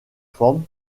forme